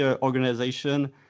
organization